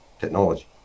technology